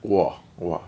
!wah! !wah!